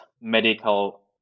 medical